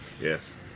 Yes